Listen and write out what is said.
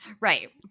Right